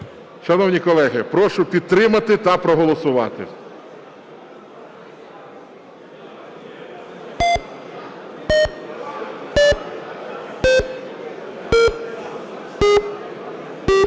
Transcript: Шановні колеги! Прошу підтримати та проголосувати.